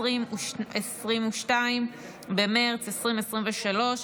22 במרץ 2023,